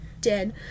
dead